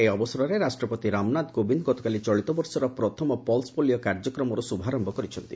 ଏହି ଅବସରରେ ରାଷ୍ଟ୍ରପତି ରାମନାଥ କୋବିନ୍ଦ ଗତକାଲି ଚଳିତବର୍ଷର ପ୍ରଥମ ପଲ୍ସ ପୋଲିଓ କାର୍ଯ୍ୟକ୍ରମର ଶୁଭାରମ୍ଭ କରିଛନ୍ତି